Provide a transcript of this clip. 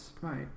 Right